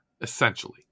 essentially